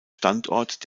standort